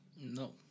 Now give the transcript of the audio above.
No